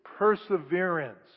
perseverance